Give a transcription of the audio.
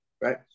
right